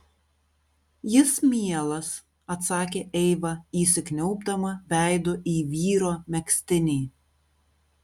jis mielas atsakė eiva įsikniaubdama veidu į vyro megztinį